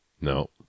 No